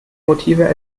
motive